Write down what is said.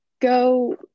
go